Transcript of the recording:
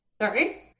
Sorry